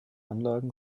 anlagen